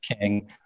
King